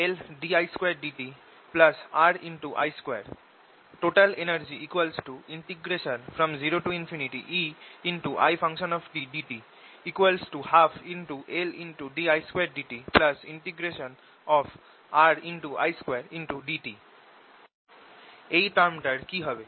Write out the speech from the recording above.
power supplied EIt 12Lddt RI2 total energy 0EItdt 12LddtI2 RI2dt এই টার্মটার কি হবে